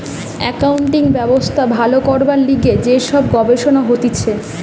accounting ব্যবস্থা ভালো করবার লিগে যে সব গবেষণা হতিছে